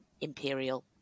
Imperial